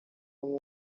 umwe